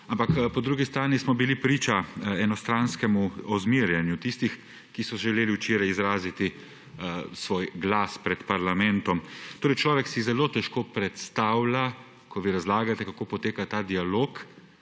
ampak po drugi strani smo bil priča enostranskemu zmerjanju tistih, ki so želeli včeraj izraziti svoj glas pred parlamentom. Človek si zelo težko predstavlja, ko vi razlagate, kako poteka ta dialog,